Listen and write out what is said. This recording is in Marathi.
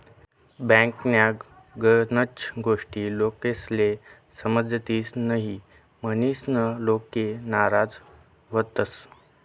बँकन्या गनच गोष्टी लोकेस्ले समजतीस न्हयी, म्हनीसन लोके नाराज व्हतंस